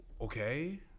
okay